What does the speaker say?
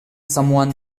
someone